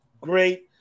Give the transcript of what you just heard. Great